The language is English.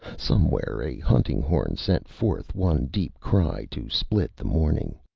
somewhere a hunting horn sent forth one deep cry to split the morning.